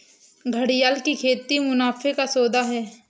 घड़ियाल की खेती मुनाफे का सौदा है